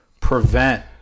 prevent